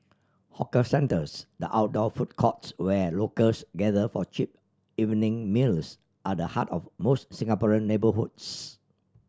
hawker centres the outdoor food courts where locals gather for cheap evening meals are the heart of most Singaporean neighbourhoods